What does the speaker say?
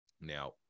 Now